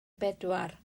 bedwar